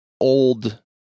old